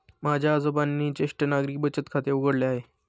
माझ्या आजोबांनी ज्येष्ठ नागरिक बचत खाते उघडले आहे